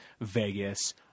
Vegas